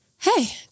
hey